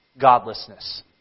Godlessness